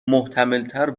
ماندگاری